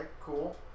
cool